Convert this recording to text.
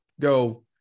go